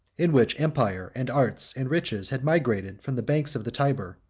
in which empire, and arts, and riches had migrated from the banks of the tyber,